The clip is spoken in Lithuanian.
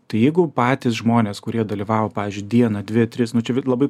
tai jeigu patys žmonės kurie dalyvavo pavyzdžiui dieną dvi tris nu čia vid labai